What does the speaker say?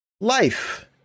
life